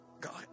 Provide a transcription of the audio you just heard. God